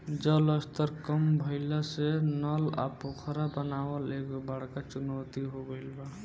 जल स्तर कम भइला से नल आ पोखरा बनावल एगो बड़का चुनौती हो गइल बा